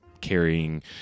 carrying